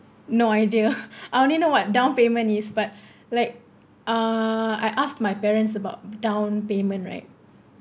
no idea I only know what down payment is but like uh I asked my parents about down payment right